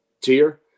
tier